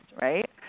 right